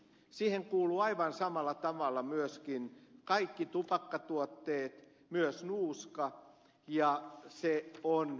siihen kuuluvat aivan samalla tavalla kaikki tupakkatuotteet myös nuuska ja se on moniongelmallista